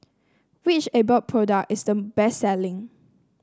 which Abbott product is the best selling